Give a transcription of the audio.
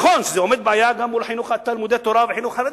נכון שזה בעיה גם מול חינוך תלמודי-התורה וגם החינוך החרדי,